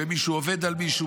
ומישהו עובד על מישהו,